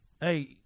Hey